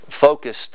Focused